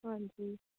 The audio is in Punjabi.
ਹਾਂਜੀ